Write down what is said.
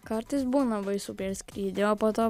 kartais būna baisu per skrydį o po to